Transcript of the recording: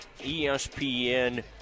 espn